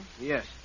Yes